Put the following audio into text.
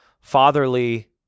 fatherly